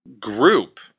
group